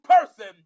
person